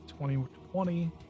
2020